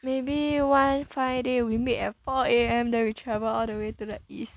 maybe one fine day we meet at four A_M then we travel all the way to the east